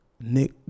Nick